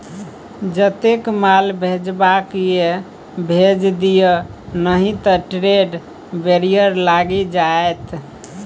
जतेक माल भेजबाक यै भेज दिअ नहि त ट्रेड बैरियर लागि जाएत